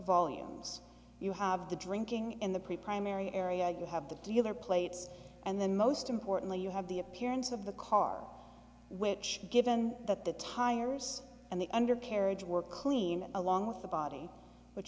volumes you have the drinking in the pre primary area you have the dealer plates and then most importantly you have the appearance of the car which given that the tires and the under carriage were clean along with the body which